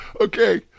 Okay